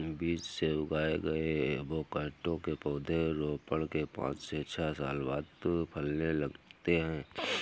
बीज से उगाए गए एवोकैडो के पौधे रोपण के पांच से छह साल बाद फलने लगते हैं